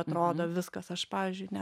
atrodo viskas aš pavyzdžiui ne